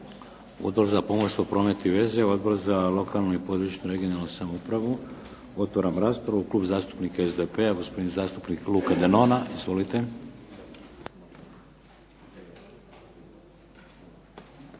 Odbor za pomorstvo, promet i veze? Odbor za lokalnu i područnu (regionalnu) samoupravu? Otvaram raspravu. Klub zastupnika SDP-a, gospodin zastupnik Luka Denona. Izvolite.